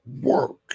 work